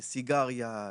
סיגריה,